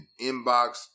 inbox